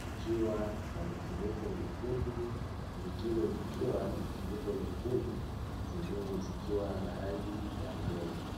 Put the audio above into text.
ikiwa na mifuniko myekundu, nyingine zikiwa na mifuniko myekundu zenyewe zikiwa na rangi ya udongo.